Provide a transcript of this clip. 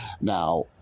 Now